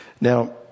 Now